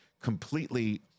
completely